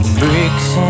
bricks